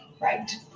Right